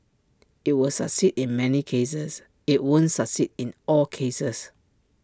IT will succeed in many cases IT won't succeed in all cases